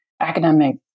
academic